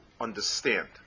understand